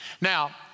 Now